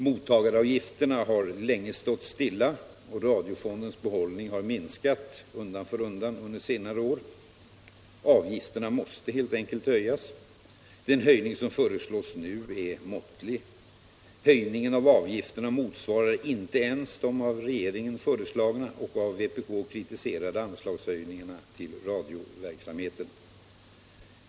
Mottagaravgifterna har länge stått stilla, och radiofondens behållning har minskat undan för undan under senare år. Avgifterna måste helt enkelt höjas. Den höjning som nu föreslås är måttlig. Höjningen av avgifterna motsvarar inte ens de av regeringen föreslagna och av vpk kritiserade anslagshöjningarna till radioverksamheten.